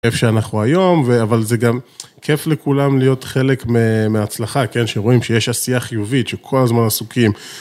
כיף שאנחנו היום, אבל זה גם כיף לכולם להיות חלק מההצלחה, שרואים שיש עשייה חיובית שכל הזמן עסוקים.